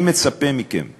אני מצפה מכם לשותפות.